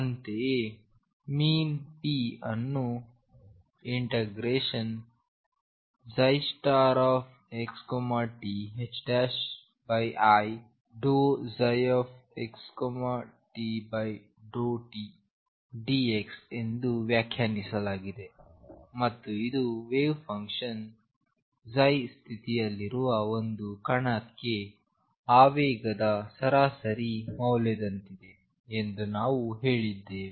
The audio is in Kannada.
ಅಂತೆಯೇ ⟨p⟩ ಅನ್ನು∫xti∂ψxt∂t dxಎಂದು ವ್ಯಾಖ್ಯಾನಿಸಲಾಗಿದೆ ಮತ್ತು ಇದು ವೇವ್ ಫಂಕ್ಷನ್ ಸ್ಥಿತಿಯಲ್ಲಿರುವ ಒಂದು ಕಣಕ್ಕೆ ಆವೇಗದ ಸರಾಸರಿ ಮೌಲ್ಯದಂತಿದೆ ಎಂದು ನಾವು ಹೇಳಿದ್ದೇವೆ